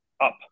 up